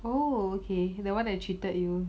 oh okay that [one] that cheated you